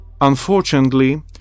Unfortunately